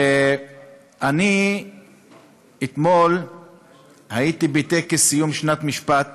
אני אתמול הייתי בטקס סיום שנת המשפט